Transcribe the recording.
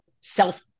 self